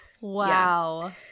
wow